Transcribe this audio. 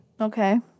Okay